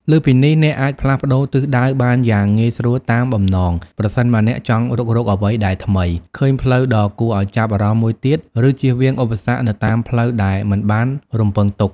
លើសពីនេះ អ្នកអាច ផ្លាស់ប្ដូរទិសដៅបានយ៉ាងងាយស្រួលតាមបំណង ប្រសិនបើអ្នកចង់រុករកអ្វីដែលថ្មី ឃើញផ្លូវដ៏គួរឱ្យចាប់អារម្មណ៍មួយទៀត ឬជៀសវាងឧបសគ្គនៅតាមផ្លូវដែលមិនបានរំពឹងទុក។